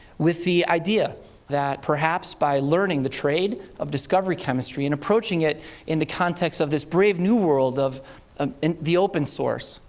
with the idea that perhaps by learning the trade of discovery chemistry and approaching it in the context of this brave new world of ah the open source,